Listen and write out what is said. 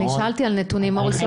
אני שאלתי על נתונים, מוריס.